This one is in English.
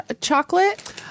chocolate